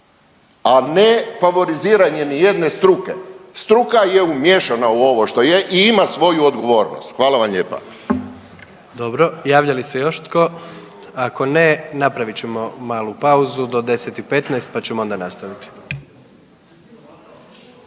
a ne favoriziranje ni jedne struke, struka je umiješana u ovo što je i ima svoju odgovornost. Hvala vam lijepa. **Jandroković, Gordan (HDZ)** Dobro. Javlja li se još tko? Ako ne, napravit ćemo malu pauzu do 10 i 15 pa ćemo onda nastaviti.